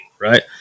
Right